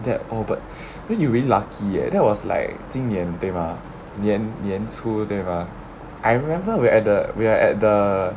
that old but then you really lucky eh that was like 今年对吗年年初对吗 I remember we are at the we are at the